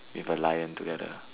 with a lion together